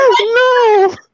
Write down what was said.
No